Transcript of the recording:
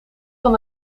van